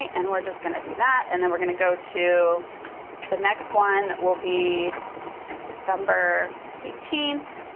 and we're just gonna do that, and then we're gonna go to the next one will be december eighteenth.